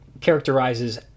characterizes